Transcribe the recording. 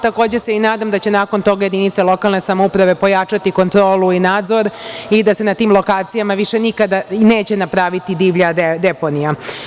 Takođe se nadam da će, nakon toga, jedinice lokalne samouprave pojačati kontrolu i nadzor i da se na tim lokacijama više nikada neće napraviti divlja deponija.